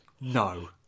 No